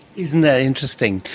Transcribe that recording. isn't that interesting!